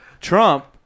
Trump